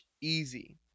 easy